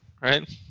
right